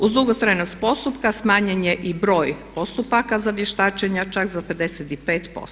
Uz dugotrajnost postupka smanjen je i broj postupaka za vještačenja, čak za 55%